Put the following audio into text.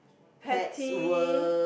pete